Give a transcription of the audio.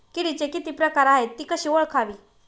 किडीचे किती प्रकार आहेत? ति कशी ओळखावी?